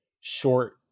short